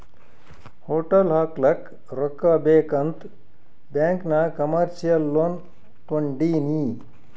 hotel ಹಾಕ್ಲಕ್ ರೊಕ್ಕಾ ಬೇಕ್ ಅಂತ್ ಬ್ಯಾಂಕ್ ನಾಗ್ ಕಮರ್ಶಿಯಲ್ ಲೋನ್ ತೊಂಡಿನಿ